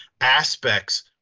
aspects